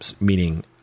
meaning